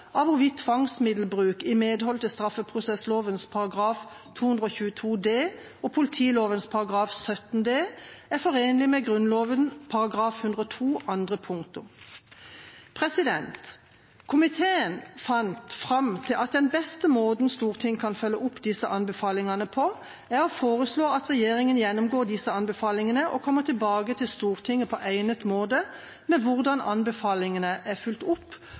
av hvorvidt tvangsmiddelbruk i medhold av straffeprosessloven § 222 d og politiloven § 17 d er forenlig med Grunnloven § 102 andre punktum. Komiteen fant fram til at den beste måten Stortinget kan følge opp disse anbefalingene på, er å foreslå at regjeringa gjennomgår disse anbefalingene og kommer tilbake til Stortinget på egnet måte med hvordan anbefalingene er fulgt opp.